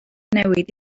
newid